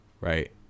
Right